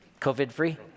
COVID-free